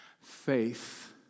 faith